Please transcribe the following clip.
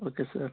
okay sir